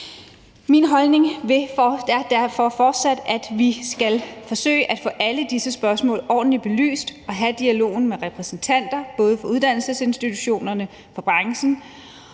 Min holdning er derfor fortsat, at vi skal forsøge at få alle disse spørgsmål ordentligt belyst og have dialogen med repræsentanter både for uddannelsesinstitutionerne, for branchen